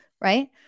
Right